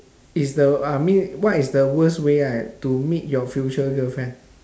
is the I mean what is the worst way right to meet your future girlfriend